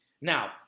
Now